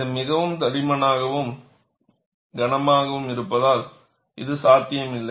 இது மிகவும் தடிமனாகவும் கனமாகவும் இருப்பதால் அது சாத்தியமில்லை